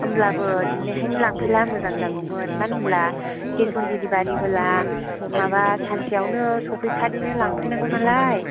होमब्लाबो दिनैहायनो लांफैबा मोजां जागौमोन मानो होनब्ला केस अन डिलिभारि होब्ला माबा सानसेआवनो सौफैखालिनो लांफैनांगौ नालाय